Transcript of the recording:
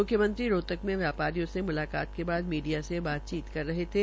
मुख्यमंत्री रोहतक में व्यापारियों से मुलाकात के बाद मीडिया से बातचीत कर रहे थे